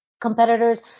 competitors